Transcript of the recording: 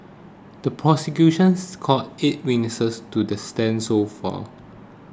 the prosecutions called eight witnesses to the stand so far